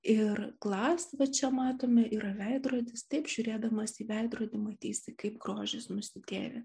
ir glas va čia matome yra veidrodis taip žiūrėdamas į veidrodį matysi kaip grožis nusidėvi